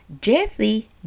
Jesse